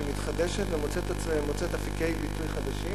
שמתחדשת ומוצאת אפיקי ביטוי חדשים